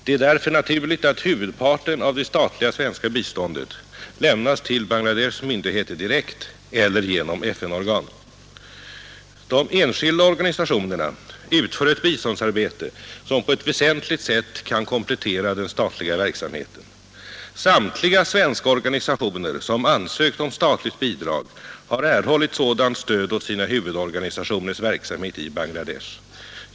Det är därför naturligt att huvudparten av det statliga svenska biståndet lämnas till Bangladeshs myndigheter direkt eller genom FN-organ. De enskilda organisationerna utför ett biståndsarbete som på ett väsentligt sätt kan komplettera den statliga verksamheten. Samtliga svenska organisationer som ansökt om statligt bidrag har erhållit sådant stöd åt sina huvudorganisationers verksamhet i Bangladesh.